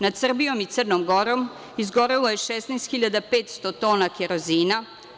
Nad Srbijom i Crnom Gorom izgorelo 16.500 tona kerozina.